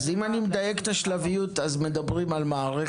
אם אני מדייק את השלבים, אז מדברים על מערכת